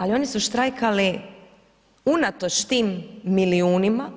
Ali oni su štrajkali unatoč tim milijunima